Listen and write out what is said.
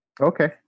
Okay